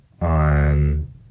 on